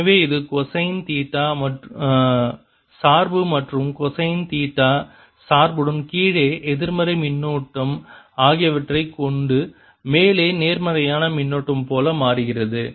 எனவே இது cosine theta சார்பு மற்றும் கொசைன் தீட்டா சார்புடன் கீழே எதிர்மறை மின்னூட்டம் ஆகியவற்றைக் கொண்டு மேலே நேர்மறையான மின்னூட்டம் போல மாறுகிறது